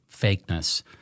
fakeness